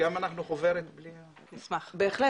נתחיל